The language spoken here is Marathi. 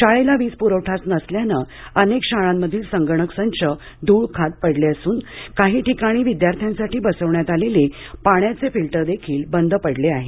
शाळेला वीज प्रवठाच नसल्याने अनेक शाळांमधील संगणक संच ध्वळखात पडले असून काही ठिकाणी विद्यार्थ्यांसाठी बसवण्यात आलेले पाण्याचे फिल्टर देखील बंद पडले आहेत